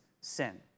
sin